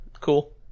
cool